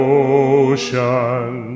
ocean